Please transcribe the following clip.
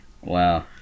wow